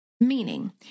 Meaning